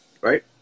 right